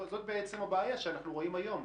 זאת בעצם הבעיה שאנחנו רואים היום.